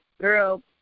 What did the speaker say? girl